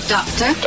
Doctor